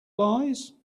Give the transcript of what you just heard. lies